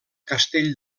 castell